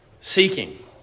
seeking